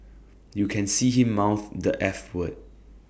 you can see him mouth the eff word